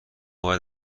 باید